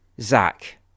Zach